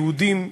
יהודים,